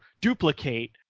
duplicate